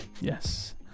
Yes